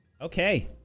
Okay